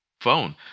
phone